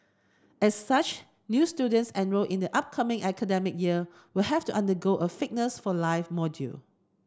as such new students enrolled in the upcoming academic year will have to undergo a fitness for life module